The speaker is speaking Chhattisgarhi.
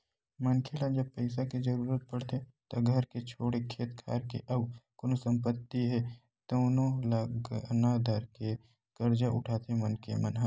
मनखे ल जब पइसा के जरुरत पड़थे त घर के छोड़े खेत खार के अउ कोनो संपत्ति हे तउनो ल गहना धरके करजा उठाथे मनखे मन ह